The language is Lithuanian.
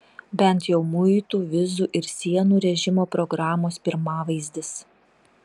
bent jau muitų vizų ir sienų režimo programos pirmavaizdis